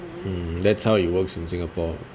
that's how it works in singapore